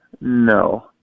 No